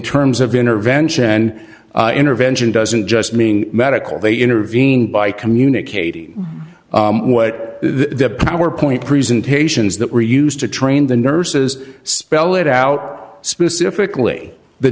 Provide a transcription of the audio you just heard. terms of intervention and intervention doesn't just mean medical they intervene by communicating what the power point presentations that were used to train the nurses spell it out specifically the